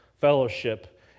fellowship